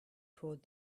told